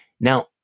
Now